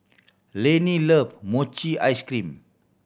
Lanie love mochi ice cream